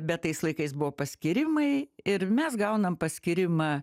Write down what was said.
bet tais laikais buvo paskyrimai ir mes gaunam paskyrimą